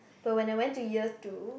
but when I went two years to